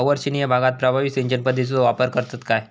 अवर्षणिय भागात प्रभावी सिंचन पद्धतीचो वापर करतत काय?